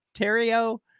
Ontario